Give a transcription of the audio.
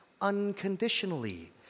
unconditionally